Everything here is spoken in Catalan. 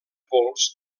pols